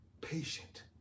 patient